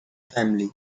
family